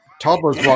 Toddlers